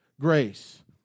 Grace